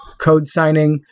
code signing,